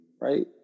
Right